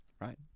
Right